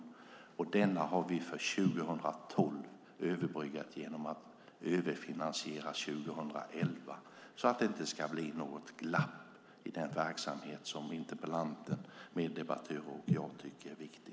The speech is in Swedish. Därför överbryggar vi detta 2012 genom att överfinansiera 2011 så att det inte ska bli något glapp i den verksamhet som interpellanten, meddebattörer och jag tycker är viktig.